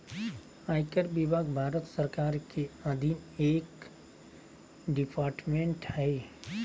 आयकर विभाग भारत सरकार के अधीन एक डिपार्टमेंट हय